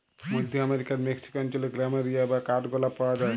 মধ্য আমরিকার মেক্সিক অঞ্চলে প্ল্যামেরিয়া বা কাঠগলাপ পাওয়া যায়